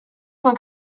cent